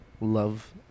love